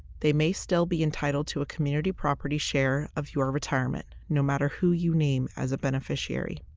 they may still be entitled to a community property share of your retirement no matter who you name as a beneficiary.